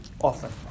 often